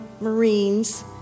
Marines